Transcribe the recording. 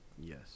yes